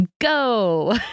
go